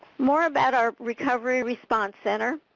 more about our recovery response center,